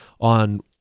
on